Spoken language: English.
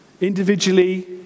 individually